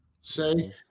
say